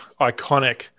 iconic